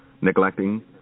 neglecting